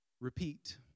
Repeat